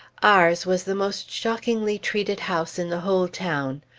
ours was the most shockingly treated house in the whole town.